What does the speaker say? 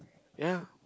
ya